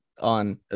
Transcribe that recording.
on